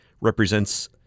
represents